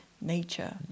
nature